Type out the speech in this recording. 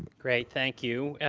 great, thank you.